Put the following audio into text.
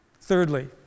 Thirdly